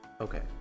Okay